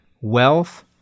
wealth